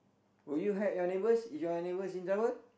would you help your neighbours if your neighbours in trouble